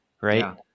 right